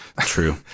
True